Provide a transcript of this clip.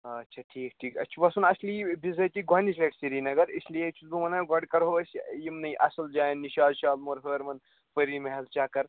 اَچھا ٹھیٖک ٹھیٖک اَسہِ چھُ وَسُن اَصلی یہِ بِضٲتی گۄڈنِچہِ لَٹہِ سِری نگر اِس لیے چھُس بہٕ وَنان گۄڈٕ کَرہو أسۍ یِمنٕے اَصٕل جایِن نِشاط شالہٕ مٲر ہٲروَن پٔری محل چَکر